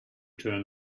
turn